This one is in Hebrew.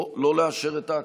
או לא לאשר את ההקמה,